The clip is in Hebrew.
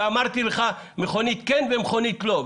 ואמרתי לך: מכונית כן ומכונית לא.